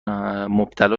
مبتلا